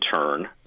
turn